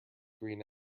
green